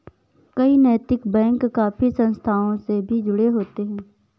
कई नैतिक बैंक काफी संस्थाओं से भी जुड़े होते हैं